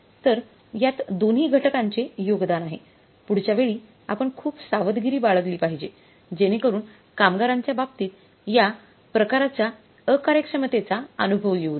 तर यात दोन्ही घटकांचे योगदान आहे पुढच्या वेळी आपण खूप सावधगिरी बाळगली पाहिजे जेणेकरुन कामगारांच्या बाबतीत या प्रकारच्या अकार्यक्षमतेचा अनुभव येऊ नये